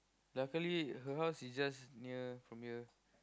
luckily her house is just near from here